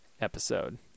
episode